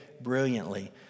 brilliantly